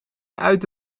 uit